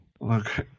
Look